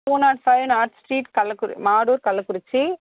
two nought five north street Kallakuri Mathur Kallakurichi